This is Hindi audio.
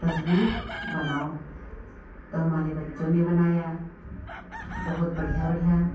तस्वीर बनाओ तो हमारे बच्चों ने बनाया बहुत बढ़िया बढ़िया